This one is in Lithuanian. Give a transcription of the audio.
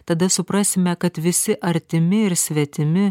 tada suprasime kad visi artimi ir svetimi